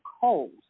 cold